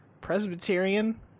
Presbyterian